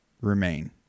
remain